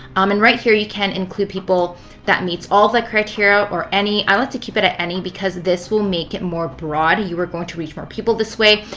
um and right here, you can include people that meets all the criteria or any. i like to keep it at any because this will make it more broad. you are going to reach more people this way.